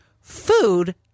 food